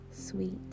sweet